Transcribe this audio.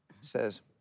says